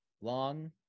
long